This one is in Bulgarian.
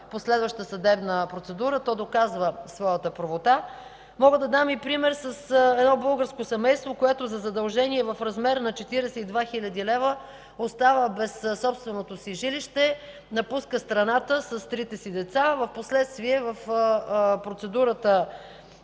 последваща съдебна процедура то доказва своята правота. Мога да дам и пример с българско семейство, което за задължение в размер на 42 хил. лв. остава без собственото си жилище, напуска страната с трите деца, а впоследствие в съдебната